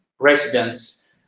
Residents